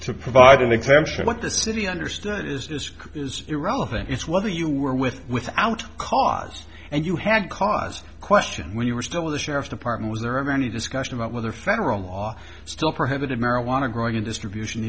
to provide an exemption but the city understood is this is irrelevant it's whether you were with without cause and you had cause question when you were still in the sheriff's department was there any discussion about whether federal law still prohibited marijuana growing in distribution